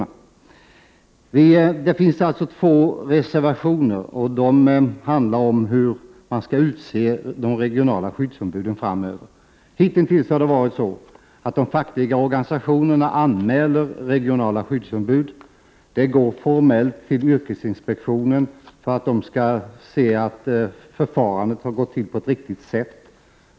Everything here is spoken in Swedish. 105 Det finns alltså två reservationer, och de handlar om hur man framöver skall utse de regionala skyddsombuden. Hitintills har de fackliga organisationerna anmält de regionala skyddsombuden. Formellt går anmälan till yrkesinspektionen, som ser över att förfarandet har gått till på ett riktigt sätt.